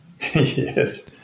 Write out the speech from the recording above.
Yes